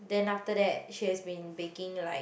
then after that she has been baking like